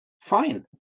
fine